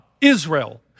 Israel